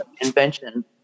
invention